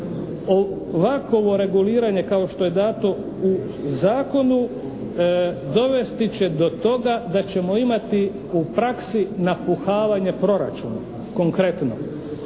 ovakovo reguliranje kao što je dato u zakonu dovesti će do toga da ćemo imati u praksi napuhavanje proračuna konkretno.